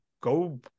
go